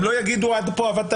הם לא יגידו: עד פה עבדת,